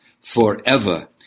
forever